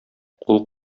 кул